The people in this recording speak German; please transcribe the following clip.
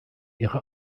ihre